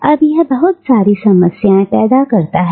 " अब यह बहुत सारी समस्याएं पैदा करता है